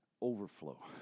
Overflow